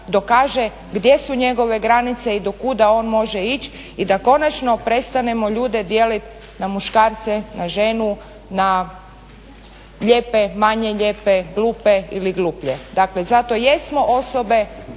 dokaže gdje su njegove granice i do kuda on može ići, i da konačno prestanemo ljude dijeliti na muškarce, na ženu, na lijepe, manje lijepe, glupe ili gluplje. Dakle zato jesmo osobe